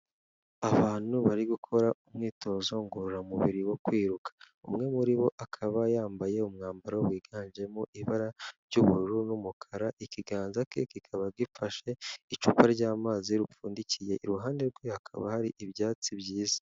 Abantu bari gukora umwitozo ngororamubiri wo kwiruka, umwe muri bo akaba yambaye umwambaro wiganjemo ibara ry'ubururu n'umukara ikiganza ke kikaba gifashe icupa ry'amazi ripfundikiye, iruhande rwe hakaba hari ibyatsi byiza.